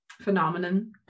phenomenon